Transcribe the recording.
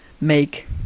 make